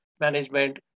management